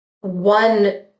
one